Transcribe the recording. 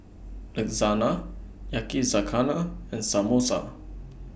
Lasagna Yakizakana and Samosa